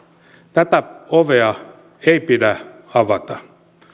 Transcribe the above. tätä ovea ei pidä avata